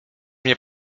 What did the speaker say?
mnie